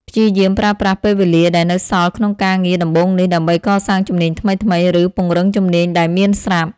ព្យាយាមប្រើប្រាស់ពេលវេលាដែលនៅសល់ក្នុងការងារដំបូងនេះ ដើម្បី កសាងជំនាញថ្មីៗ ឬ ពង្រឹងជំនាញដែលមានស្រាប់។